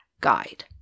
guide